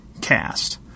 cast